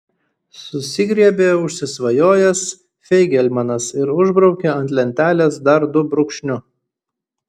susigriebė užsisvajojęs feigelmanas ir užbraukė ant lentelės dar du brūkšniu